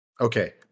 Okay